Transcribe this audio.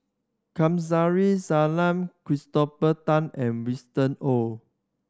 Kamsari Salam Christopher Tan and Winston Oh